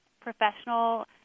Professional